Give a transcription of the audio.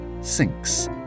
sinks